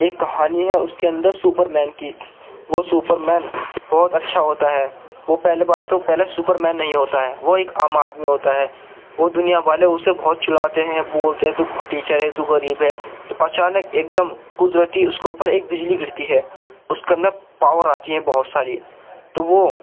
ایک کہانی ہے اس کے اندر سپر مین کی وہ سپر مین بہت اچھا ہوتا ہے وہ پہلے بات تو پہلے سپر مین نہیں ہوتا ہے وہ ایک عام آدمی ہوتا ہے وہ دنیا والے اسے بہت چڑھاتے ہیں بولتے ہیں تو پھٹیچر ہے تو غریب ہے تو اچانک ایک دم قدرتی اس کے اوپر ایک بجلی گرتی ہے اس کے اندر پاور آتی ہے بہت ساری تو وہ